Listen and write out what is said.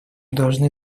должны